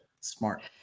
smart